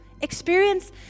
Experience